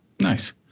nice